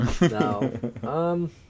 No